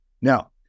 Now